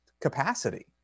capacity